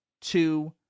two